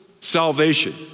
salvation